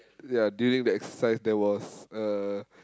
ya during the exercise there was a